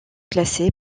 classé